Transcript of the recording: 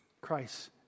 Christ